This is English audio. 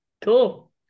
Cool